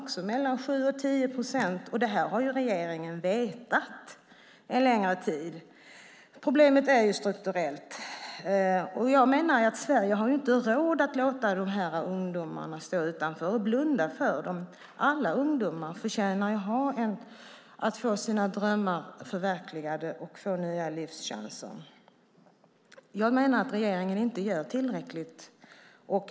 Det handlar om mellan 7 och 10 procent, och det har regeringen vetat en längre tid. Problemet är strukturellt. Jag menar att Sverige inte har råd att låta de här ungdomarna stå utanför och blunda för dem. Alla ungdomar förtjänar att få sina drömmar förverkligade och få nya livschanser. Jag menar att regeringen inte gör tillräckligt.